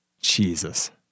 Jesus